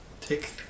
take